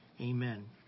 Amen